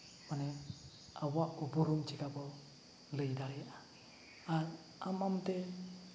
ᱢᱟᱱᱮ ᱟᱵᱚᱣᱟᱜ ᱩᱯᱨᱩᱢ ᱪᱤᱠᱟᱛᱮ ᱞᱟᱹᱭ ᱫᱟᱲᱮᱭᱟᱜᱼᱟ ᱟᱨ ᱟᱢ ᱟᱢ ᱛᱮ